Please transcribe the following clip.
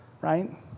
right